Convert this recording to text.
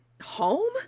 Home